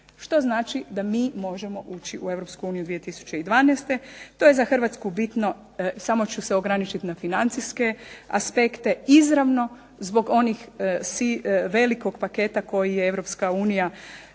Što znači da mi možemo ući u EU 2012. To je za Hrvatsku bitno. Samo ću se ograničiti na financijske aspekte, izravno zbog onog velikog paketa koji je EU